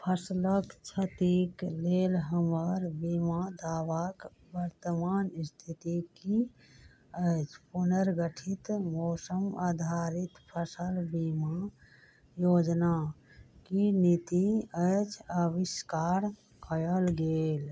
फसलक क्षतिक लेल हमर बीमा दावाक बर्तमान स्थिति की अछि पुनर्गठित मौसम आधारित फसल बीमा योजना की नीति अछि अविष्कार कयल गेल